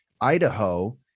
Idaho